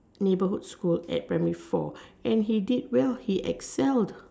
neighbourhood school at primary four and he did well he excelled